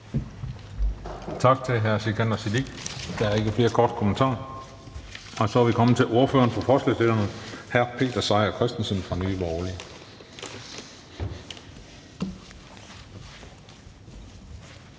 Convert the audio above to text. Tak til hr. Sikandar Siddique. Der er ikke flere korte bemærkninger. Og så er vi kommet til ordføreren for forslagsstillerne, hr. Peter Seier Christensen fra Nye Borgerlige.